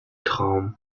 traum